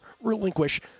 relinquish